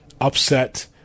upset